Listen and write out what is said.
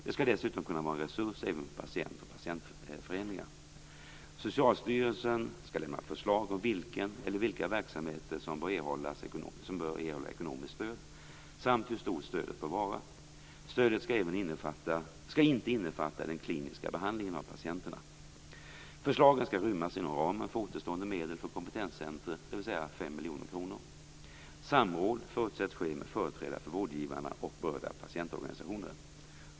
Det skall dessutom kunna vara en resurs även för patienter och patientföreningar. Socialstyrelsen skall lämna förslag om vilken eller vilka verksamheter som bör erhålla ekonomiskt stöd samt hur stort stödet bör vara. Stödet skall inte innefatta den kliniska behandlingen av patienterna. Förslagen skall rymmas inom ramen för återstående medel för kompetenscentrum, dvs. 5 miljoner kronor. Samråd förutsätts ske med företrädare för vårdgivarna och berörda patientorganisationer.